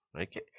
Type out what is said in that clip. Okay